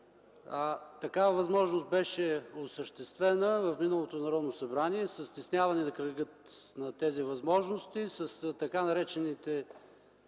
Такава възможност беше осъществена в миналото Народно събрание със стесняването на кръга на тези възможности с така наречените